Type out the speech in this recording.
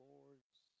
Lord's